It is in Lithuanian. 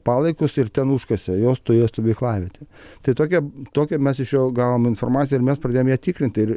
palaikus ir ten užkasė juos toje stovyklavietėj tai tokią tokią mes iš jo gavom informaciją ir mes pradėjom ją tikrinti ir